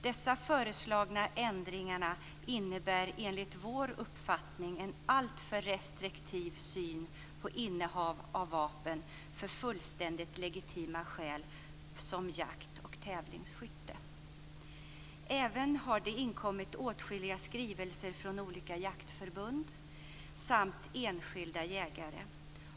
De föreslagna ändringarna innebär enligt vår uppfattning en alltför restriktiv syn på innehav av vapen för fullständigt legitima skäl som jakt och tävlingsskytte. Det har även inkommit åtskilliga skrivelser från olika jaktförbund samt från enskilda jägare.